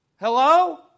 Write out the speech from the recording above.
Hello